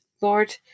Lord